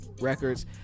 records